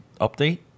update